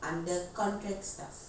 for like what resign